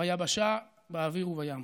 ביבשה, באוויר ובים.